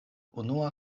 unua